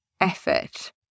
effort